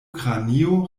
kranio